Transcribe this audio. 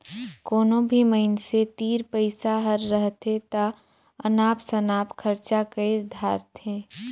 कोनो भी मइनसे तीर पइसा हर रहथे ता अनाप सनाप खरचा कइर धारथें